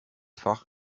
fach